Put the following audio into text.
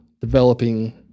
developing